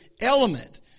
element